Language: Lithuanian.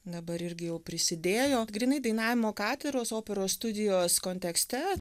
dabar irgi jau prisidėjo grynai dainavimo katedros operos studijos kontekste